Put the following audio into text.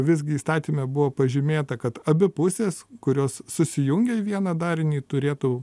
visgi įstatyme buvo pažymėta kad abi pusės kurios susijungia į vieną darinį turėtų